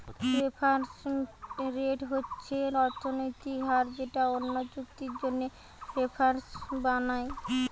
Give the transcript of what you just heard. reference rate হচ্ছে অর্থনৈতিক হার যেটা অন্য চুক্তির জন্যে রেফারেন্স বানায়